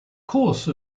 course